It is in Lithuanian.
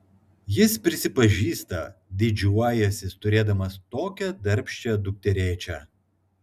jis prisipažįsta didžiuojąsis turėdamas tokią darbščią dukterėčią